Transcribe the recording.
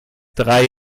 drei